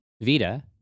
Vita